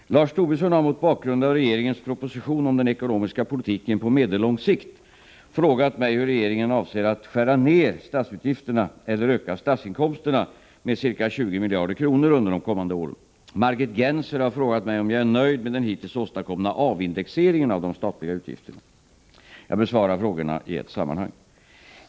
Herr talman! Lars Tobisson har mot bakgrund av regeringens proposition om den ekonomiska politiken på medellång sikt frågat mig hur regeringen avser skära ner statsutgifterna eller öka statsinkomsterna med ca 20 miljarder kronor under de kommande åren. Margit Gennser har frågat mig om jag är nöjd med den hittills åstadkomna avindexeringen av de statliga utgifterna. Jag besvarar frågorna i ett sammanhang.